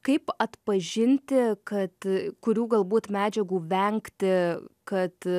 kaip atpažinti kad kurių galbūt medžiagų vengti kad